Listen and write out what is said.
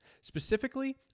Specifically